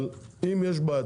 אבל אם יש בעיה,